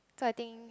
so I think